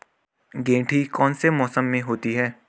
गेंठी कौन से मौसम में होती है?